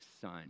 son